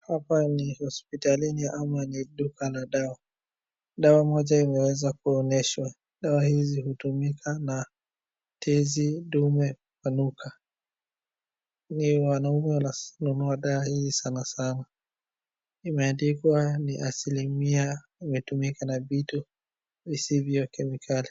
Hapa ni hospitalini ama ni duka la dawa. Dawa moja imeweza kuonyeshwa. Dawa hizi hutumika na tezi dume anuka. Ni wanaume wananunua dawa hii sanasana. Imeandikwa ni asilimia imetumika na vitu visivyo kemikali.